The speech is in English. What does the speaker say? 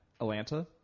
Atlanta